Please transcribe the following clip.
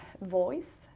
voice